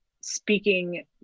speaking